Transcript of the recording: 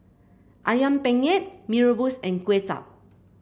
ayam penyet Mee Rebus and Kway Chap